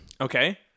Okay